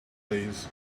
please